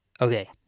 Okay